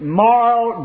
moral